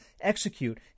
execute